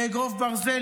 כאגרוף ברזל,